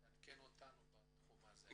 תעדכן אותנו בתחום הזה.